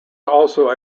also